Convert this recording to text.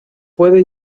puede